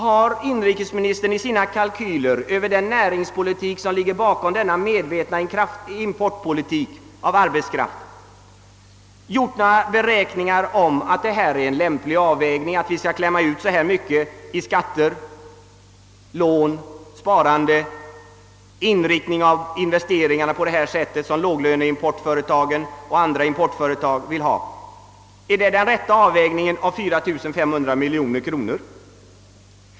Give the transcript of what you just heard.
Har inrikesministern i sina kalkyler över den näringspolitik, vilken ligger bakom denna medvetna import av arbetskraft, gjort några beräkningar över huruvida det är en lämplig avvägning att klämma ut så mycket som 4 500 miljoner kronor i skatter, i sparande och ge dem en sådan investeringsinriktning som låglöneföretag och andra företag, vilka importerar arbetskraft vill ha?